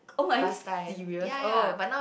oh are you serious oh